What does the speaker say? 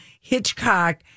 Hitchcock